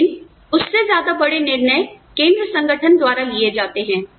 लेकिन उससे ज्यादा बड़े निर्णय केंद्र संगठन द्वारा लिए जाते हैं